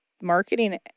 marketing